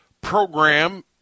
program